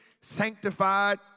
sanctified